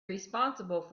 responsible